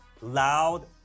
Loud